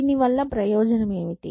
దీని వల్ల ప్రయోజనం ఏమిటి